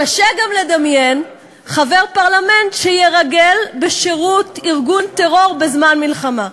קשה גם לדמיין חבר פרלמנט שירגל בשירות ארגון טרור בזמן מלחמה.